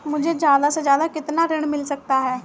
मुझे ज्यादा से ज्यादा कितना ऋण मिल सकता है?